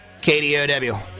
KDOW